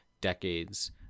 decades